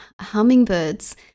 hummingbirds